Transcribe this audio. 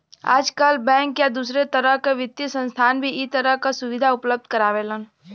आजकल बैंक या दूसरे तरह क वित्तीय संस्थान भी इ तरह क सुविधा उपलब्ध करावेलन